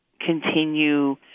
continue